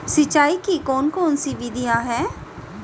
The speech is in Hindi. सिंचाई की कौन कौन सी विधियां हैं?